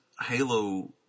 Halo